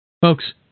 Folks